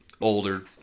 older